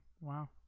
Wow